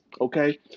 okay